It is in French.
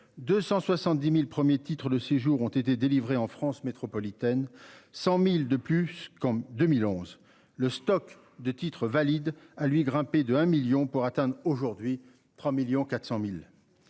270.000 premiers titres de séjour ont été délivrés en France métropolitaine, 100.000 de plus qu'en 2011, le stock de titres valide a lui grimpé de 1 million pour atteindre aujourd'hui 3.400.000.